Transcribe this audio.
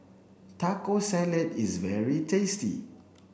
taco salad is very tasty